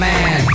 Man